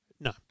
No